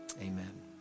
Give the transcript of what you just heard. Amen